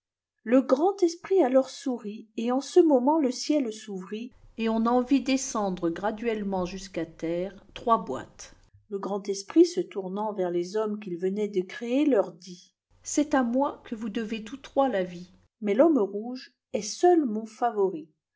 le grand esprit alors sourit et en ce moment le ciel s'ouvrit et on en vît descendre graduellement jusqu'à terre trois boîtes le grand esprit se tournant vers les hommes qu'il venait de créer leur dit c'est à moi que vous devez tous trois la vie mais l'homme rouge est seul mon favori